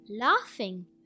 laughing